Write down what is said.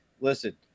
Listen